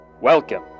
Welcome